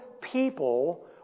people